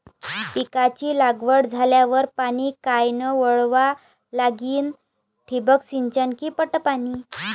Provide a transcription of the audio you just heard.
पिकाची लागवड झाल्यावर पाणी कायनं वळवा लागीन? ठिबक सिंचन की पट पाणी?